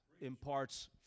imparts